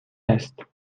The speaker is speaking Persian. است